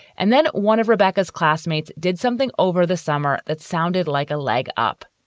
and then one of rebecca's classmates did something over the summer that sounded like a leg up.